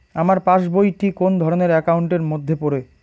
আমার পাশ বই টি কোন ধরণের একাউন্ট এর মধ্যে পড়ে?